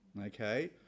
Okay